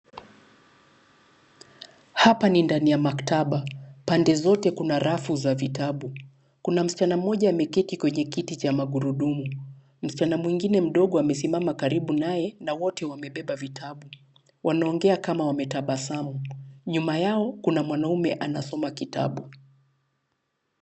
Hapa ni ndani ya maktaba. Pande zote kuna rafu za vitabu. Kuna msichana mmoja ameketi kwenye kiti cha magurudumu. Msichana mwingine mdogo amesimama karibu naye na wote wamebeba vitabu, wanaongea kama wametabasamu. Nyuma yao kuna mwanaume anasoma kitabu.